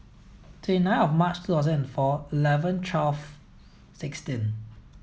twenty nine of March two thousand and four eleven twelve sixteen